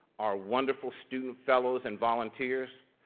our wonderful student fellows and volunteers,